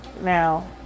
Now